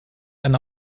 eine